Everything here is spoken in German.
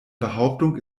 behauptung